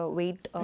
weight